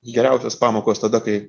geriausios pamokos tada kai